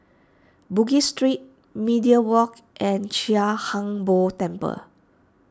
Bugis Street Media Walk and Chia Hung Boo Temple